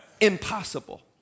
Impossible